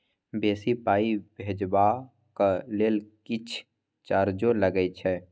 बेसी पाई भेजबाक लेल किछ चार्जो लागे छै?